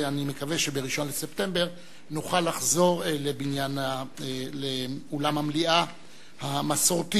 ואני מקווה שב-1 בספטמבר נוכל לחזור לאולם המליאה המסורתי.